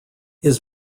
his